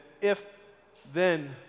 if-then